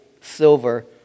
silver